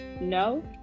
No